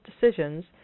decisions